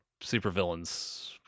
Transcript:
supervillains